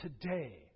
today